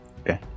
Okay